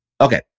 Okay